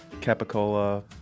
capicola